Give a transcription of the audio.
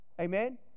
amen